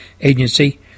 Agency